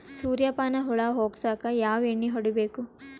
ಸುರ್ಯಪಾನ ಹುಳ ಹೊಗಸಕ ಯಾವ ಎಣ್ಣೆ ಹೊಡಿಬೇಕು?